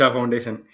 Foundation